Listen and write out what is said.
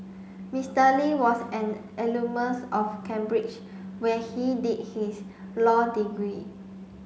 Mister Lee was an alumnusof Cambridge where he did his law degree